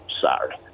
Sorry